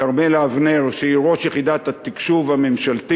כרמלה אבנר, שהיא ראש יחידת התקשוב הממשלתית.